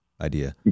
idea